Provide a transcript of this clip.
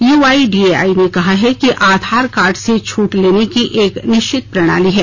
UIDAI ने कहा है कि आधार कार्ड से छूट लेने की एक निश्चित प्रणाली है